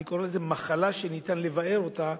אני קורא לזה מחלה שניתן לבער אותה.